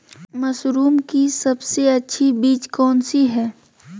Mushroom की सबसे अच्छी बीज कौन सी है?